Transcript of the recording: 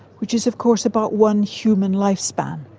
which is of course about one human lifespan.